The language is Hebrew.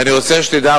ואני רוצה שתדע,